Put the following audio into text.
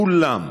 כולם,